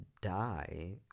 die